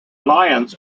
lions